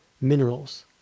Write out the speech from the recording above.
minerals